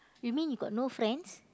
you mean you got no friends